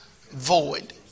void